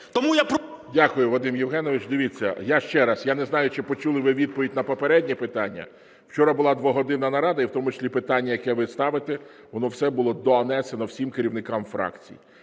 Дякую, Вадим Євгенович. Дивіться, я ще раз, я не знаю, чи почули ви відповідь на попереднє питання. Вчора була двогодинна нарада, і в тому числі питання, яке ви ставите, воно все було донесено всім керівникам фракцій.